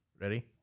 Ready